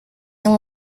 yang